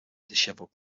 disheveled